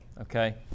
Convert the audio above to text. Okay